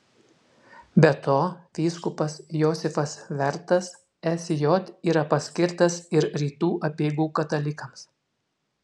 be to vyskupas josifas vertas sj yra paskirtas ir rytų apeigų katalikams